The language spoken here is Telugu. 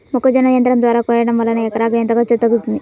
మొక్కజొన్న యంత్రం ద్వారా కోయటం వలన ఎకరాకు ఎంత ఖర్చు తగ్గుతుంది?